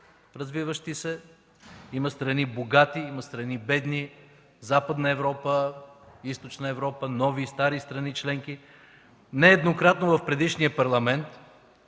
развиващи се, има страни богати, има страни бедни, Западна Европа, Източна Европа, нови и стари страни членки. Нееднократно в предишния Парламент